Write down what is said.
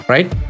Right